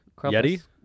Yeti